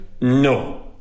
No